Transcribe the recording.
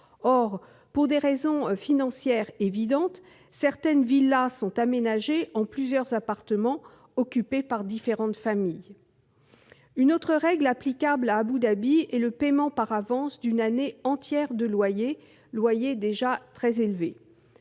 Or, pour des raisons financières évidentes, certaines villas sont aménagées en plusieurs appartements, occupés par différentes familles. Une autre règle applicable à Abu Dhabi est le paiement par avance d'une année entière de loyer, lequel est très élevé.